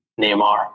Neymar